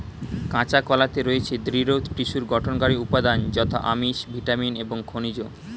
কাঁচা কলাতে রয়েছে দৃঢ় টিস্যুর গঠনকারী উপাদান যথা আমিষ, ভিটামিন এবং খনিজ